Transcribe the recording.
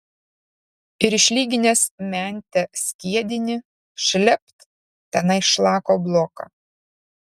ir išlyginęs mente skiedinį šlept tenai šlako bloką